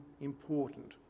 important